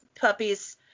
puppies